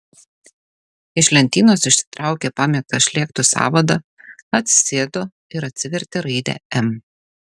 iš lentynos išsitraukė pamėgtą šlėktų sąvadą atsisėdo ir atsivertė raidę m